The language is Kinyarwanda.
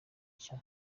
nshya